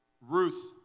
Ruth